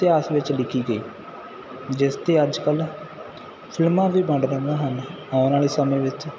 ਇਤਿਹਾਸ ਵਿੱਚ ਲਿਖੀ ਗਈ ਜਿਸ 'ਤੇ ਅੱਜ ਕੱਲ੍ਹ ਫਿਲਮਾਂ ਵੀ ਬਣ ਰਹੀਆਂ ਹਨ ਆਉਣ ਵਾਲੇ ਸਮੇਂ ਵਿੱਚ